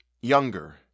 younger